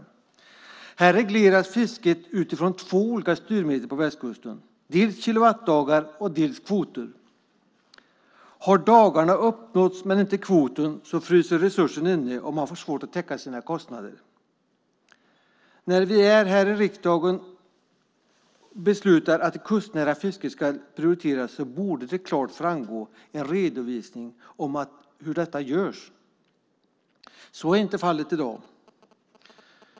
På västkusten regleras fisket utifrån två olika styrmedel: dels kilowattdagar, dels kvoter. Har detta med dagarna uppnåtts men inte kvoten fryser resursen inne, och man får svårt att täcka sina kostnader. När vi här i riksdagen beslutar att det kustnära fisket ska prioriteras borde det klart redovisas hur det görs. Så är inte fallet i dag.